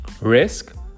Risk